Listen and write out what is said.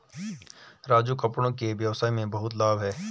राजू कपड़ों के व्यवसाय में बहुत लाभ है